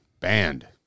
Banned